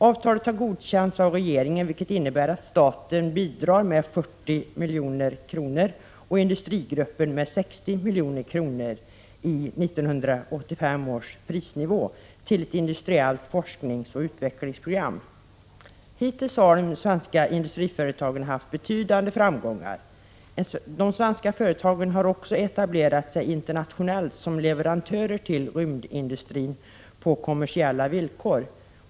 Avtalet har godkänts av regeringen, vilket innebär att staten bidrar med 40 milj.kr. och industrigruppen med 60 milj.kr. enligt 1985 års prisnivå till ett industriellt forskningsoch utvecklingsprogram. Hittills har de svenska industriföretagen haft betydande framgångar. De svenska företagen har också etablerat sig internationellt som leverantörer till rymdindustrin på kommersiella villkor.